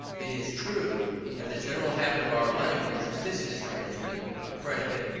it is true that the general habit of our language resists this arrangement of predicate,